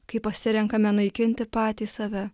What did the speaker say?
kai pasirenkame naikinti patys save